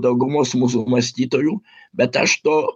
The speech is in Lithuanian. daugumos mūsų mąstytojų bet aš to